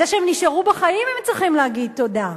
על זה שהם נשארו בחיים הם צריכים להגיד תודה.